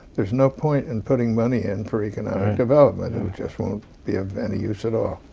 there's no point in putting money in for economic development. it just won't be of any use at all.